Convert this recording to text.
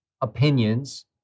opinions